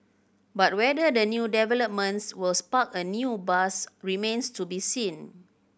but whether the new developments will spark a new buzz remains to be seen